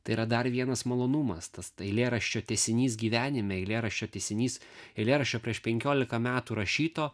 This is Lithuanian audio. tai yra dar vienas malonumas tas eilėraščio tęsinys gyvenime eilėraščio tęsinys eilėraščio prieš penkiolika metų rašyto